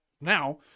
now